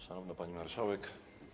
Szanowna Pani Marszałek!